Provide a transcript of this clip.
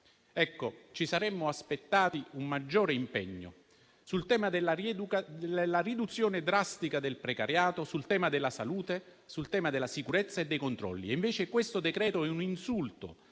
Ecco, ci saremmo aspettati un maggiore impegno sul tema della riduzione drastica del precariato, della salute, della sicurezza e dei controlli; invece questo decreto-legge è un insulto